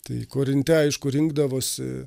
tai korinte aišku rinkdavosi